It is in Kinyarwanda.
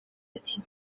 ati